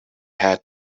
had